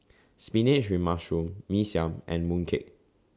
Spinach with Mushroom Mee Siam and Mooncake